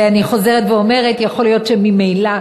ואני חוזרת ואומרת: יכול להיות שממילא